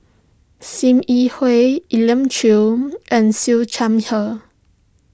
Sim Yi Hui Elim Chew and Siew Her